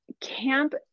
Camp